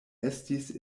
estis